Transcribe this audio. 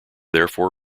therefore